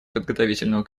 подготовительного